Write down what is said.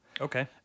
Okay